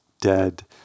dead